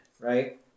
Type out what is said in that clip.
Right